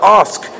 ask